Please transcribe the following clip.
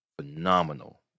phenomenal